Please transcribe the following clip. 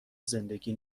زندگی